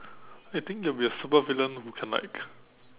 I think you will be a supervillain who can like